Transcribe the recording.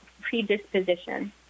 predisposition